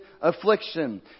affliction